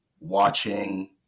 watching